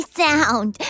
sound